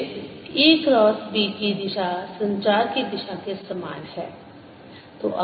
फिर E cross B की दिशा संचार की दिशा के समान है